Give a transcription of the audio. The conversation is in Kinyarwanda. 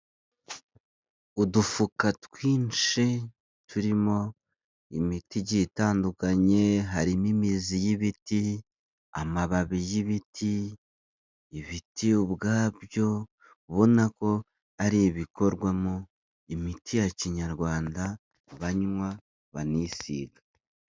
Udufuka twinshi turimo imiti igiye itandukanye, harimo imizi y'ibiti, amababi y'ibiti, ibiti ubwabyo ubona ko ari ibikorwamo imiti ya kinyarwanda banywa, banisiga.